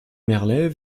merlet